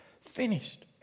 Finished